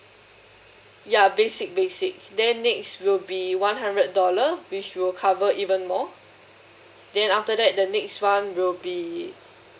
ya basic basic then next will be one hundred dollar which will cover even more then after that the next one will be